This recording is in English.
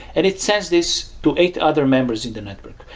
and it sends this to eight other members in the network.